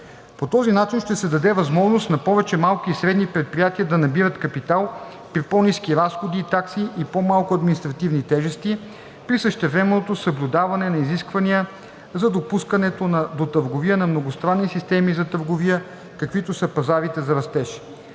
По този начин ще се даде възможност на повече малки и средни предприятия да набират капитал при по-ниски разходи и такси и по-малко административни тежести при същевременното съблюдаване на изисквания за допускането до търговия на многостранни системи за търговия, каквито са пазарите за растеж.